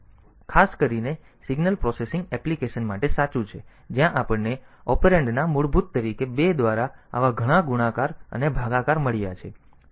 આ ખાસ કરીને સિગ્નલ પ્રોસેસિંગ એપ્લીકેશન્સ માટે સાચું છે જ્યાં આપણને ઓપરેન્ડના મૂળભૂત તરીકે 2 દ્વારા આવા ઘણા ગુણાકાર અને ભાગાકાર મળ્યા છે